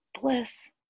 bliss